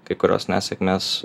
kai kurios nesėkmės